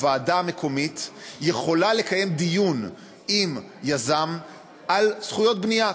הוועדה המקומית יכולה לקיים דיון עם יזם על זכויות בנייה,